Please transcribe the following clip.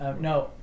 no